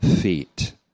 feet